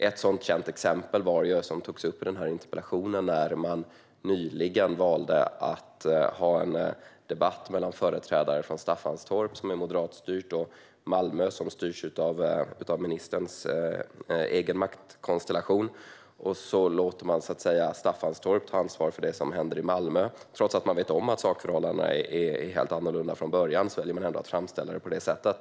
Ett känt sådant exempel, som tas upp i interpellationen, är när man nyligen valde att ha en debatt mellan företrädare från Staffanstorp, som är moderatstyrt, och företrädare från Malmö, som styrs av ministerns egen maktkonstellation, och lät Staffanstorp ta ansvar för det som händer i Malmö. Trots att man vet att sakförhållandena är helt annorlunda från början väljer man att framställa det på det sättet.